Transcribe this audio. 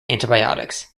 antibiotics